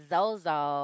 Zozo